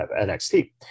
NXT